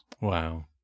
wow